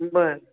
बरं